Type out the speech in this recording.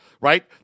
right